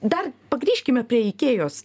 dar grįžkime prie ikėjos